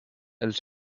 els